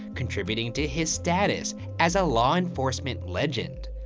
contributing to his status as a law enforcement legend.